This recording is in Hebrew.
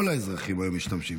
כל האזרחים היום משתמשים,